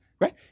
right